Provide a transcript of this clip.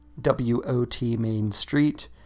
WOTMainstreet